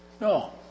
No